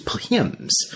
hymns